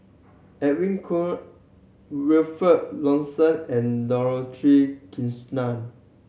Edwin Koo Wilfed Lawson and Dorothy Krishnan